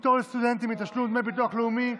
פטור לסטודנטים מתשלום דמי ביטוח לאומי),